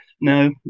no